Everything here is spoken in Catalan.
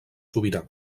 sobirà